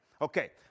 Okay